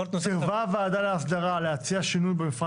להוריד את המכתב "סירבה הוועדה להסדרה להציע שינוי במפרט